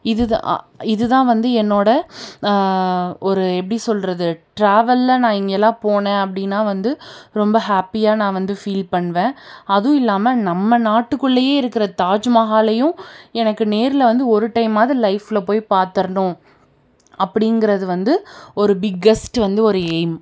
இதுதான் இதுதான் வந்து என்னோட ஒரு எப்படி சொல்கிறது டிராவலில் நான் இங்கேலாம் போனேன் அப்படின்னா வந்து ரொம்ப ஹாப்பியாக நான் வந்து ஃபீல் பண்ணுவேன் அதுவும் இல்லாமல் நம்ம நாட்டுக்குள்ளேயே இருக்கிற தாஜ்மஹாலையும் எனக்கு நேரில் வந்து ஒரு டைம்மாவது லைஃபில் போய் பாத்திரணும் அப்படிங்கிறது வந்து ஒரு பிக்கெஸ்ட்டு வந்து ஒரு எய்ம்